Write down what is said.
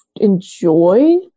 enjoy